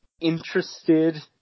interested